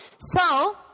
So-